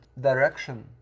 direction